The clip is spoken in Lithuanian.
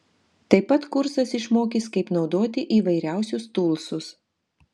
taip pat kursas išmokys kaip naudoti įvairiausius tūlsus